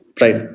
Right